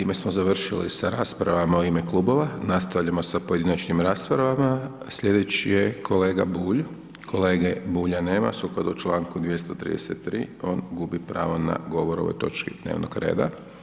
Time smo završili sa raspravama u ime klubova, nastavljamo sa pojedinačnim raspravama, sljedeći je kolega Bulj, kolege Bulja nema, sukladno čl. 233. on gubi pravo na govorio o ovoj točci dnevnog reda.